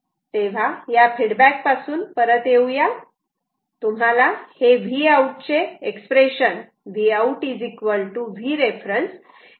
तेव्हा या फीडबॅक पासून परत येऊ तुम्हाला हे Vout चे एक्सप्रेशन माहित आहे